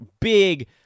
Big